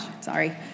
sorry